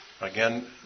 Again